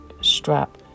strap